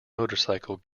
motorcycle